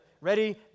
Ready